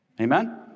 Amen